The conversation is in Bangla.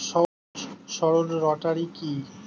সহজ সরল রোটারি কি?